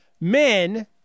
men